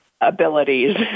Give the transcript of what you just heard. abilities